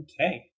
Okay